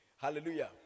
Hallelujah